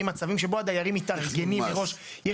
מצבים שבהם הדיירים מתארגנים מראש.